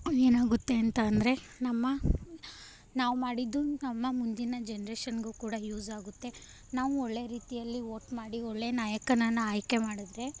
ಏನಾಗುತ್ತೆ ಅಂತ ಅಂದರೆ ನಮ್ಮ ನಾವು ಮಾಡಿದ್ದು ನಮ್ಮ ಮುಂದಿನ ಜನ್ರೇಷನಿಗೂ ಕೂಡ ಯೂಸಾಗುತ್ತೆ ನಾವು ಒಳ್ಳೆಯ ರೀತಿಯಲ್ಲಿ ವೋಟ್ ಮಾಡಿ ಒಳ್ಳೆಯ ನಾಯಕನನ್ನು ಆಯ್ಕೆ ಮಾಡಿದರೆ